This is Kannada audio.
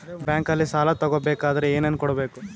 ಬ್ಯಾಂಕಲ್ಲಿ ಸಾಲ ತಗೋ ಬೇಕಾದರೆ ಏನೇನು ಕೊಡಬೇಕು?